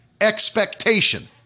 expectation